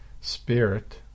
spirit